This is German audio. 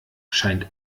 scheint